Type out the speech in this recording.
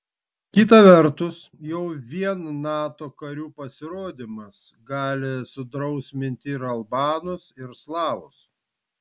kita vertus jau vien nato karių pasirodymas gali sudrausminti ir albanus ir slavus